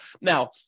Now